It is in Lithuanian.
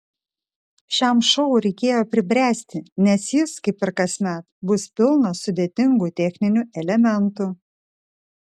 šiam šou reikėjo pribręsti nes jis kaip ir kasmet bus pilnas sudėtingų techninių elementų